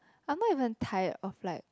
I'm not even tired of like